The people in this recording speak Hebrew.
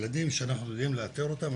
הילדים שאנחנו יודעים לאתר אותם,